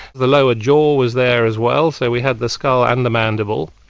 the lower jaw was there as well, so we had the skull and the mandible,